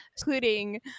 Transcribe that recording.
including